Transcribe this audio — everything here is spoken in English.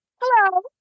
Hello